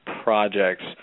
projects